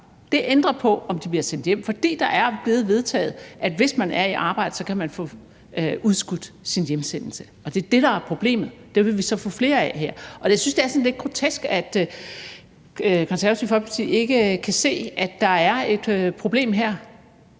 ændrer på, om de bliver sendt hjem – fordi det er blevet vedtaget, at hvis man er i arbejde, kan man få udskudt sin hjemsendelse. Det er det, der er problemet: at de tilfælde vil vi så få flere af. Jeg synes, det er sådan lidt grotesk, at Det Konservative Folkeparti ikke kan se, at der er et problem her.